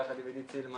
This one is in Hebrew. ביחד עם עידית סילמן,